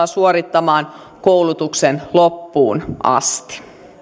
suorittamaan koulutuksen loppuun asti